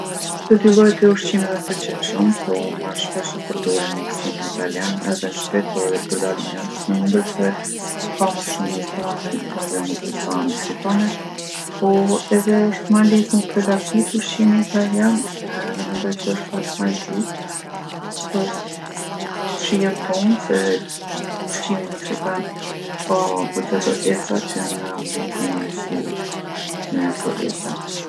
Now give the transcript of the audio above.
Të dy llojet e ushqimeve m'pëlqejnë shumë. Po ma shpesh e përdorim ushqimin italian edhe n'shpi, po edhe kur dalim jashtë me hongër se ka ma shumë restorane italiane sesa meksikane. Po edhe osht ma lehtë mu pregatitë ushqimi italian edhe mendoj që osht pak ma i butë për shijen tonë se ushqimi meksikan ka goxha do erza që na nuk jena msu me ato erza.